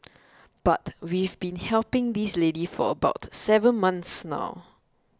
but we've been helping this lady for about seven months now